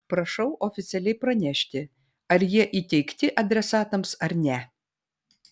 prašiau oficialiai pranešti ar jie įteikti adresatams ar ne